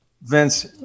Vince